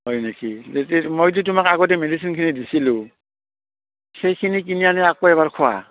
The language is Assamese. হয় নেকি মইটো তোমাক আগতে মেডিচিনখিনি দিছিলোঁ সেইখিনি কিনি আনি আকৌ এবাৰ খোৱা